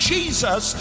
Jesus